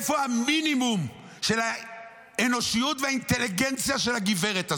איפה המינימום של האנושיות והאינטליגנציה של הגברת הזאת?